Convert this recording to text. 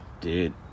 dude